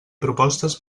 propostes